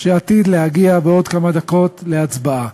שעתיד להגיע בעוד כמה דקות להצבעה.